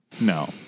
No